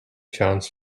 chance